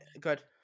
Good